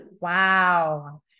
wow